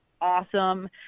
awesome